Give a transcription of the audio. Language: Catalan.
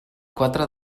quatre